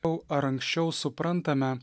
o ar anksčiau suprantame